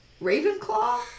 Ravenclaw